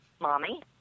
mommy